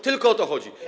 Tylko o to chodzi.